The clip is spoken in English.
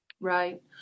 Right